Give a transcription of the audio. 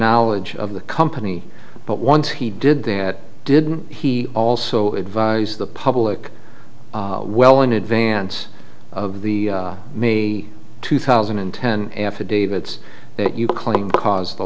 knowledge of the company but once he did that didn't he also advise the public well in advance of the may two thousand and ten affidavits that you claim because the